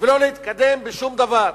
ולא להתקדם בשום דבר.